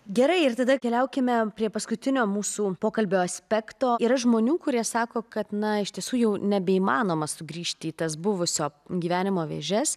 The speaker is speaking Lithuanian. gerai ir tada keliaukime prie paskutinio mūsų pokalbio aspekto yra žmonių kurie sako kad na iš tiesų jau nebeįmanoma sugrįžti į tas buvusio gyvenimo vėžes